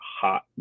hot